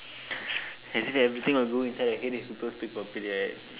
as if everything will go inside your head if people speak properly right